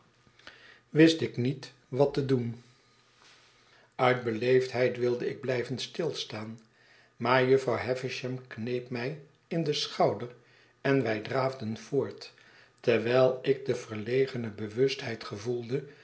wist ik niet wat te doen uit beleefdheid wilde ik blijven stilstaan maar jufvrouw havisham kneep mij in den schouder en wij draafden voort terwijl ik de verlegene bewustheid gevoelde